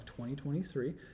2023